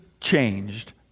changed